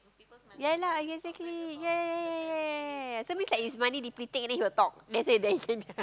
ya lah exactly ya ya ya money depleting then we talk